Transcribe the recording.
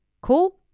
Cool